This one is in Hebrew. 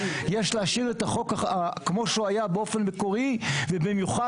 יש להשאיר את החוק כמו שהוא היה באופן מקורי ובמיוחד